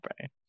right